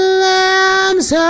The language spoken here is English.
lambs